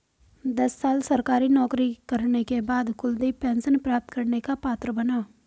दस साल सरकारी नौकरी करने के बाद कुलदीप पेंशन प्राप्त करने का पात्र बना